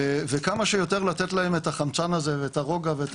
וכמה שיותר לתת להם את החמצן הזה ואת הרוגע ואת